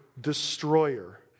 destroyer